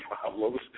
problems